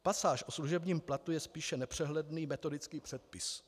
Pasáž o služebním platu je spíše nepřehledný metodický předpis.